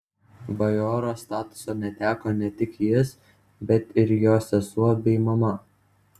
bajoro statuso neteko ne tik jis bet ir jo sesuo bei mama